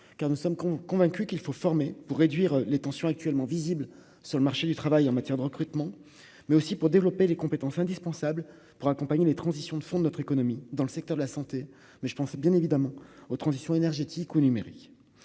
car nous sommes con, convaincu qu'il faut former pour réduire les tensions actuellement visible sur le marché du travail en matière de recrutement, mais aussi pour développer les compétences indispensables pour accompagner les transitions de fond de notre économie dans le secteur de la santé, mais je pense bien évidemment aux transition énergétique ou numérique,